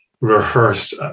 rehearsed